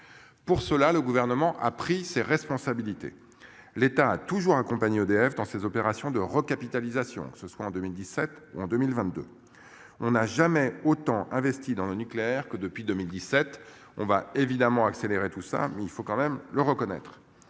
Pour cela, le gouvernement a pris ses responsabilités, l'État a toujours accompagné EDF dans ces opérations de recapitalisation ce soit en 2017 en 2022. On n'a jamais autant investi dans le nucléaire que depuis 2017 on va évidemment accéléré tout ça mais il faut quand même le reconnaître.